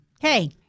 hey